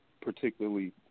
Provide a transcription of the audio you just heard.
particularly